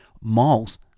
miles